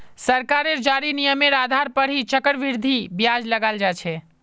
सरकारेर जारी नियमेर आधार पर ही चक्रवृद्धि ब्याज लगाल जा छे